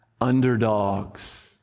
underdogs